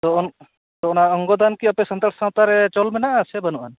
ᱛᱳ ᱚᱱᱟ ᱚᱝᱜᱚ ᱫᱟᱱ ᱠᱤ ᱟᱯᱮ ᱥᱟᱱᱛᱟᱲ ᱥᱟᱶᱛᱟ ᱨᱮ ᱪᱚᱞ ᱢᱮᱱᱟᱼᱟ ᱥᱮ ᱵᱟᱹᱱᱩᱜᱼᱟ